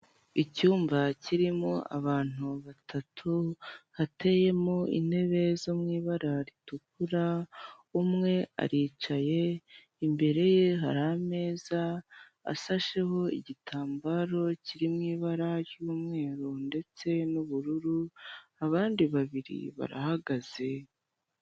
Icyumba kirimo abantu batatu hateyemo intebe zo mu ibara ritukura, umwe aricaye imbere ye hari ameza asasheho igitambaro kiri mu ibara rya umweru ndetse na ubururu , abandi babiri barahagaze.